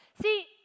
See